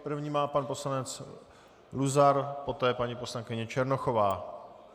První má pan poslanec Luzar, poté paní poslankyně Černochová.